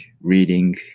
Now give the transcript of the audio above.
reading